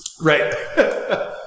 Right